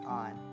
on